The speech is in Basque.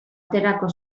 aterako